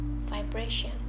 vibration